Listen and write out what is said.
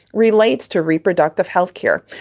relates to reproductive health care.